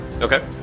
Okay